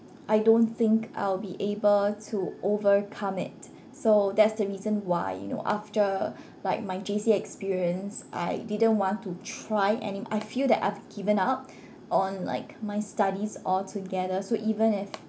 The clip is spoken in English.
I don't think I'll be able to overcome it so that's the reason why you know after like my J_C experience I didn't want to try any I feel that I've given up on like my studies altogether so even if